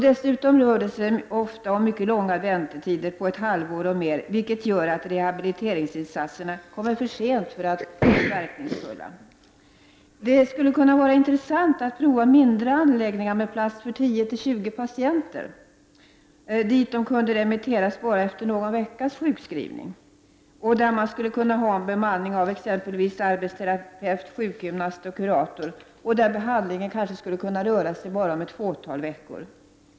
Dessutom kan det ofta vara väntetider på ett halvår och mer vilket gör att rehabiliteringsinsatserna kommer för sent för att bli verkningsfulla. Det skulle vara intressant att prova mindre anläggningar, med plats för 10— 20 patienter, dit människor kunde remitteras efter bara någon veckas sjukskrivning. Där skulle man kunna ha en bemanning bestående av arbetsterapeut, sjukgymnast och kurator, och behandlingstiden kanske inte skulle behöva vara längre än ett fåtal veckor.